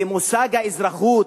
ומושג האזרחות,